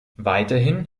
weiterhin